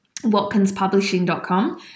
WatkinsPublishing.com